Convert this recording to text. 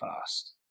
fast